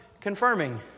Confirming